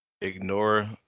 ignore